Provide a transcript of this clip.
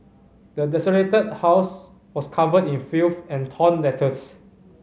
the desolated house was covered in filth and torn letters